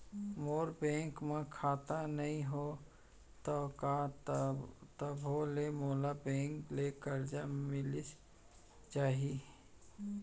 मोर bank म खाता नई हे त का तभो ले मोला बैंक ले करजा मिलिस जाही?